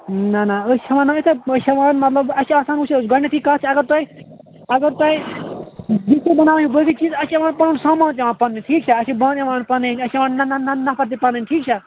نہَ نہَ أسۍ چھِ ہٮ۪وان وۅنۍ تتھ پہچاوان مطلب اَسہِ چھُ آسان وُچھ گۄڈنٮ۪تھٕے کتھ چھِ اگر تۄہہِ اگر تۄہہِ ڈِش چھِ بناوٕنۍ باقٕے چیٖز اَسہِ چھُ پٮ۪وان پنُن سامان پٮ۪وان پنُن ٹھیٖک چھا اَسہِ چھِ بانہٕ وانہٕ پَنٕنۍ اَسہِ چھِ یِوان نہَ نہَ نہَ نَفَر تہِ پنٕنۍ ٹھیٖک چھا